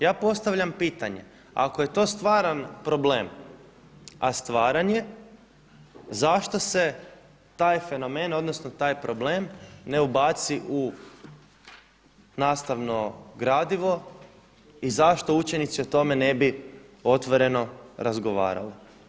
Ja postavljam pitanje, ako je to stvaran problem, a stvaran je zašto se taj fenomen, odnosno taj problem ne ubaci u nastavno gradivo i zašto učenici o tome ne bi otvoreno razgovarali.